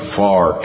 far